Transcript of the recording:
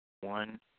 One